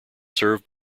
served